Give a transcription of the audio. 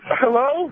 Hello